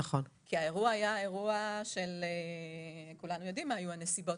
כי הרי כולנו יודעים מה היו הנסיבות